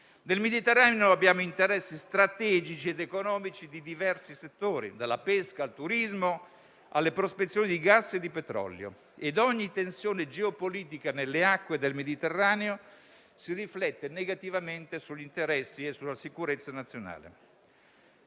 Nel Mediterraneo abbiamo interessi strategici ed economici di diversi settori (dalla pesca al turismo, alle prospezioni di gas e di petrolio) ed ogni tensione geopolitica nelle acque del Mediterraneo si riflette negativamente sugli interessi e sulla sicurezza nazionale.